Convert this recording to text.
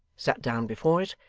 sat down before it,